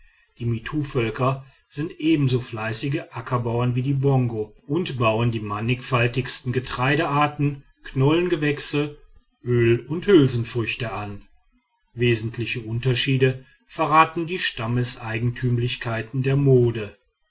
die mittuvölker sind ebenso fleißige ackerbauer wie die bongo und bauen die mannigfaltigsten getreidearten knollengewächse öl und hülsenfrüchte wesentliche unterschiede verraten die stammeseigentümlichkeiten der mode